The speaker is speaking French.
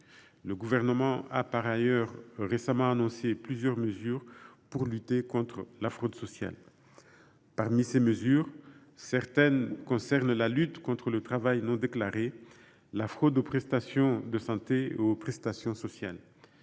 le Gouvernement a récemment annoncé plusieurs mesures pour lutter contre la fraude sociale. Parmi celles ci, certaines concernent la lutte contre le travail non déclaré, la fraude aux prestations de santé et aux prestations sociales.